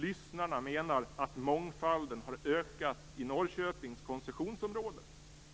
Lyssnarna menar att mångfalden har ökat i Norrköpings koncessionsområde.